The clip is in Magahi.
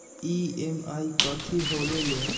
ई.एम.आई कथी होवेले?